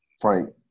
Frank